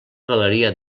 galeria